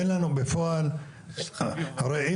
הרי,